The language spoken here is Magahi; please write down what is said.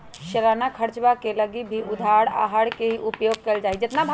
सालाना खर्चवा के लगी भी उधार आहर के ही उपयोग कइल जाहई